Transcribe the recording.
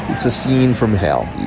it's a scene from hell.